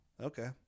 Okay